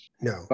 No